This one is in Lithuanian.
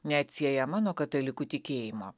neatsiejama nuo katalikų tikėjimo